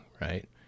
right